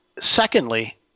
Secondly